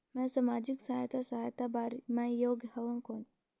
मैं समाजिक सहायता सहायता बार मैं योग हवं कौन?